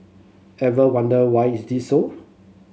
ever wonder why it is so